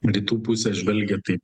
rytų pusę žvelgia taip